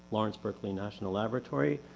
lawrence berkeley national laboratory,